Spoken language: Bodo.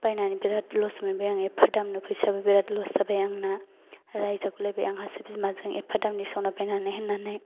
बायनानै बिराद लस मोनबाय आङो एफा दामनो फैसायाबो बिराद लस जाबाय आंना रायजागुलायबाय आंहासो बिमाजों एफा दामनि सना बायनानै होननानै